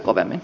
kiitos